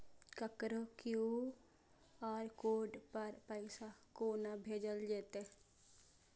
ककरो QR code पर पैसा कोना भेजल जेतै?